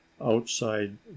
outside